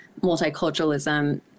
multiculturalism